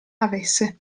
avesse